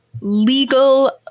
legal